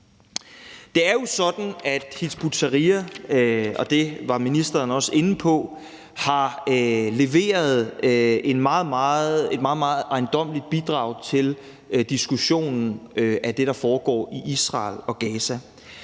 det var ministeren også inde på, har leveret et meget, meget ejendommeligt bidrag til diskussionen om det, der foregår i Israel og Gaza.